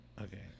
Okay